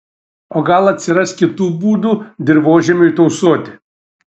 o gal atsiras kitų būdų dirvožemiui tausoti